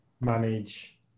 manage